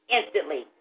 Instantly